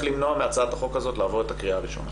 למנוע מהצעת החוק הזאת לעבור את הקריאה הראשונה,